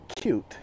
cute